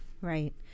Right